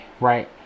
Right